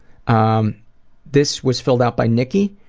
um this was filled out by nikki,